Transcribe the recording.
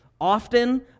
often